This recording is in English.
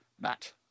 Matt